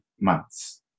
months